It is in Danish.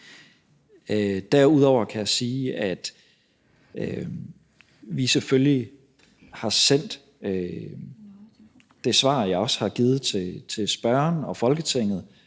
Derudover kan jeg sige, at vi selvfølgelig har sendt det svar, som jeg også har givet til spørgeren og Folketinget,